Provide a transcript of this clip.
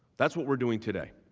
that's what we are doing today.